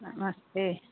नमस्ते